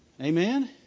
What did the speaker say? Amen